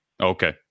Okay